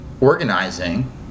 organizing